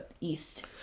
east